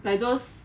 like those